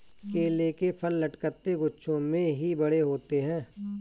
केले के फल लटकते गुच्छों में ही बड़े होते है